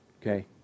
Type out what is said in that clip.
Okay